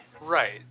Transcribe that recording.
Right